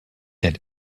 that